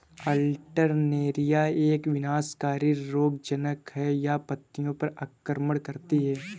Alternaria एक विनाशकारी रोगज़नक़ है, यह पत्तियों पर आक्रमण करती है